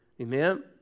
Amen